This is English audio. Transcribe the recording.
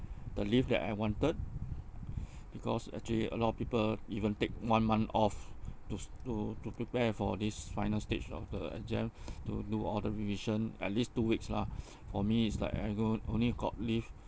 the leave that I wanted because actually a lot of people even take one month off to s~ to to prepare for this final stage of the exam to do all the revision at least two weeks lah for me it's like I got only got leave